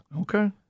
Okay